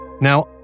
Now